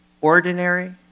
ordinary